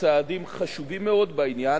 צעדים חשובים מאוד בעניין,